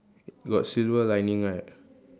got silver lining right